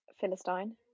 philistine